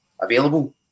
available